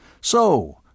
So